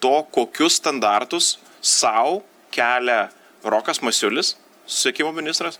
to kokius standartus sau kelia rokas masiulis susisiekimo ministras